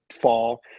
fall